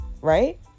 right